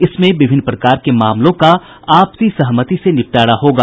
इसमें विभिन्न प्रकार के मामलों का आपसी सहमति से निपटारा होगा